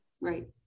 Right